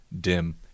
dim